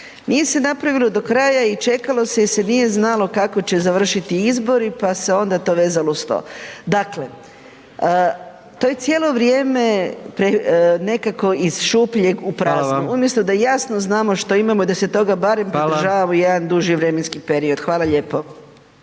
Nije se napravilo do kraja i čekalo se jer se nije znalo kako će završiti izbori pa se onda to vezalo uz to. Dakle, to je cijelo vrijeme nekako iz šupljeg u prazno …/Upadica: Hvala vam./… umjesto da jasno znamo što imamo i da se toga pridržavamo barem jedan …/Upadica: Hvala./… duži vremenski period. Hvala lijepo.